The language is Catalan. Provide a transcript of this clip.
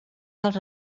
dels